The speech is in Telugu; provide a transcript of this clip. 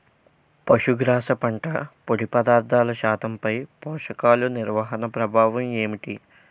పశుగ్రాస పంట పొడి పదార్థాల శాతంపై పోషకాలు నిర్వహణ ప్రభావం ఏమిటి?